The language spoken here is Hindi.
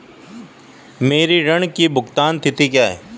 मेरे ऋण की भुगतान तिथि क्या है?